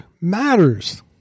matters